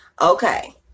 Okay